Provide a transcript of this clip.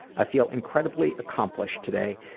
i feel incredibly accomplished today,